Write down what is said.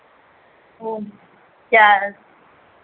वो चार